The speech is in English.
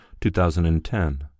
2010